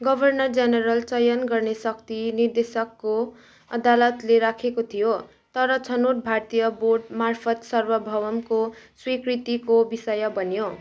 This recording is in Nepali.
गभर्नर जनरल चयन गर्ने शक्ति निर्देशकको अदालतले राखेको थियो तर छनौट भारतीय बोर्डमार्फत सार्वभौमको स्वीकृतिको विषय बन्यो